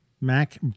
Mac